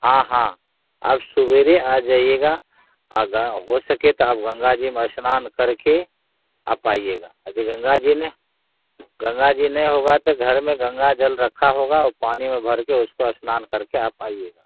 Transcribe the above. हाँ हाँ आप सुबेरे आ जाइएगा आ गा हो सके त आप गंगा जी में स्नान करके आप आइएगा यदि गंगा जी नै गंगा जी नै होगा तो घर में गंगाजल रखा होगा पानी में भर कर उसको स्नान करके आप आइए